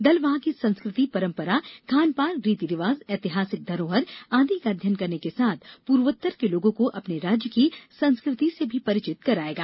दल वहाँ की संस्कृति परम्परा खान पान रीति रिवाज ऐतिहासिक धरोहर आदि का अध्ययन करने के साथ प्र्वोत्तर के लोगों को अपने राज्य की संस्कृति से भी परिचित करायेगा